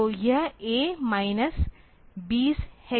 तो यह A minus 20 hex है